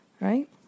right